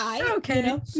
okay